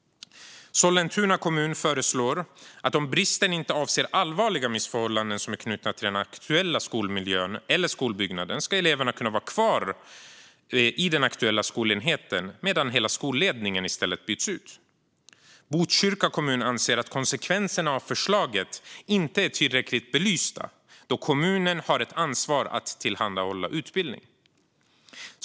Sollentuna kommun föreslår att om bristen inte avser allvarliga missförhållanden som är knutna till den aktuella skolmiljön eller skolbyggnaden ska eleverna kunna vara kvar vid den aktuella skolenheten medan hela skolledningen i stället byts ut. Botkyrka kommun anser att konsekvenserna av förslaget inte är tillräckligt belysta, då kommunen har ett ansvar för att tillhandahålla utbildning.